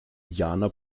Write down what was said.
jana